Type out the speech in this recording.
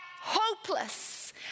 hopeless